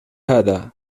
هذا